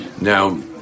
Now